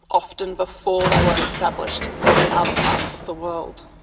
often before they were established in other parts of the world.